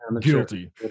guilty